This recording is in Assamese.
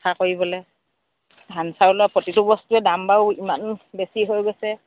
চফা কৰিবলৈ ধান চাউলৰ প্ৰতিটো বস্তু দাম বাৰু ইমান বেছি হৈ গৈছে